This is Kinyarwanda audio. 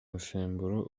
musemburo